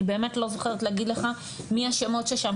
אני באמת לא זוכרת להגיד לך מי השמות ששם,